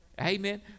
Amen